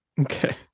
Okay